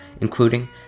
including